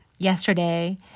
Yesterday